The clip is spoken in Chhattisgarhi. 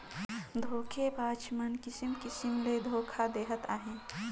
धोखेबाज मन किसिम किसिम ले धोखा देहत अहें